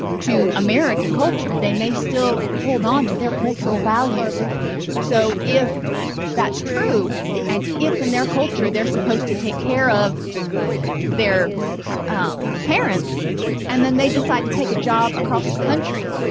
to american culture they may still hold on to their cultural values so if that's true and if in their culture they're supposed to take care of their um parents and then they decide to take a job across the country